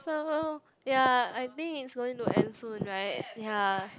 so ya I think it's going to end soon right ya